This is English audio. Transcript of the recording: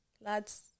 lads